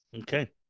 Okay